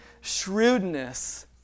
shrewdness